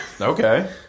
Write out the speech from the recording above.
Okay